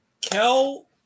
Kel